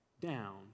down